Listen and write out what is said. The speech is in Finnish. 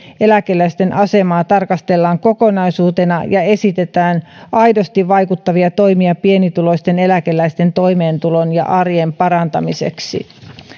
eläkeläisten asemaa tarkastellaan kokonaisuutena ja esitetään aidosti vaikuttavia toimia pienituloisten eläkeläisten toimeentulon ja arjen parantamiseksi